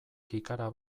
kikara